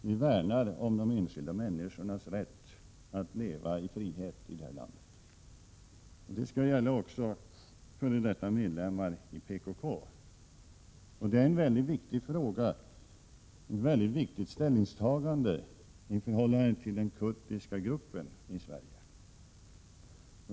Vi värnar om lllötjesteklidt de enskilda människornas rätt att leva i frihet i det här landet, och det skall SEN KPER terroristlagen gälla också före detta medlemmar av PKK. Det här är ett mycket viktigt ställningstagande i förhållande till den kurdiska gruppen i Sverige.